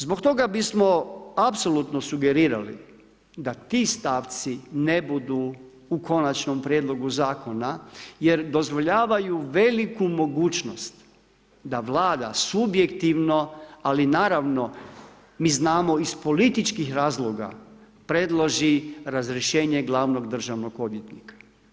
Zbog toga bi smo apsolutno sugerirali da ti stavci ne budu u Konačnom prijedlogu zakona jer dozvoljavaju veliku mogućnost da Vlada subjektivno ali naravno mi znamo iz političkih razloga predloži razrješenje glavnog državnog odvjetnika.